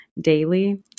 daily